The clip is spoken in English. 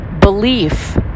belief